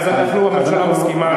הממשלה מסכימה.